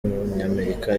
w’umunyamerika